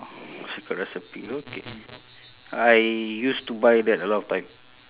secret recipe okay I used to buy that a lot of time